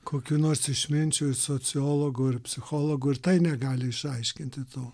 kokių nors išminčių ir sociologų ir psichologų ir tai negali išaiškinti to